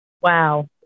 Wow